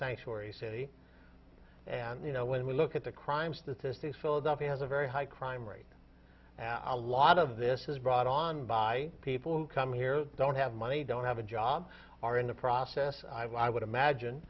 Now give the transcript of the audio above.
sanctuary city and you know when we look at the crime statistics philadelphia has a very high crime rate and i lot of this is brought on by people who come here don't have money don't have a job are in the process i would imagine